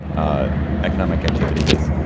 ah economic activity has